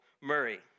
Murray